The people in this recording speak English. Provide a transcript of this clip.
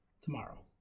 tomorrow